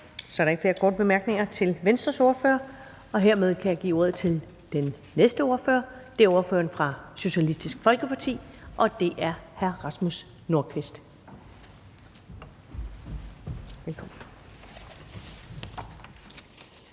Så er der ikke flere korte bemærkninger til Venstres ordfører, og hermed kan jeg give ordet til den næste ordfører, og det er ordføreren for Socialistisk Folkeparti, og det er hr. Rasmus Nordqvist. Velkommen.